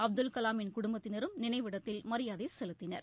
அப்துல் கலாமின் குடும்பத்தினரும் நினைவிடத்தில் மரியாதை செலுத்தினர்